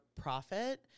profit